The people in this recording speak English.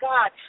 God